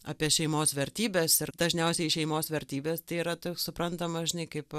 apie šeimos vertybes ir dažniausiai šeimos vertybės tai yra taip suprantama žinai kaip